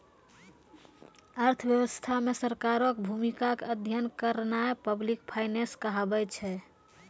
अर्थव्यवस्था मे सरकारो के भूमिका के अध्ययन करनाय पब्लिक फाइनेंस कहाबै छै